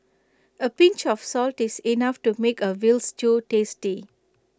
A pinch of salt is enough to make A Veal Stew tasty